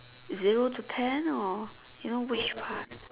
zero to ten or you know which part